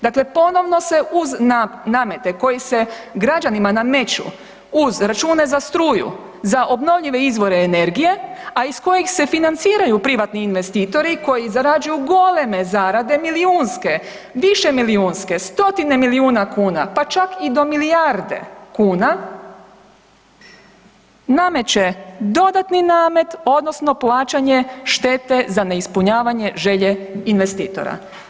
Dakle, ponovno se uz namete koje se građanima nameću uz račune za struje, za obnovljive izvore energije, a iz kojih se financiraju privatni investitori koji zarađuju goleme zarade, milijunske, više milijunske, stotine milijuna kuna pa čak i do milijarde kuna nameće dodatni namet odnosno plaćanje štete za neispunjavanje želje investitora.